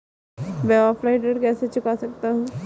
मैं ऑफलाइन ऋण कैसे चुका सकता हूँ?